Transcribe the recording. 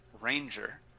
ranger